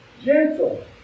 gentle